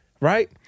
Right